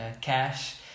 cash